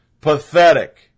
pathetic